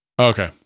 Okay